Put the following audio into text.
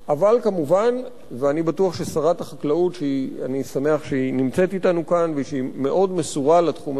אני שמח ששרת החקלאות נמצאת אתנו כאן ושהיא מאוד מסורה לתחום הזה.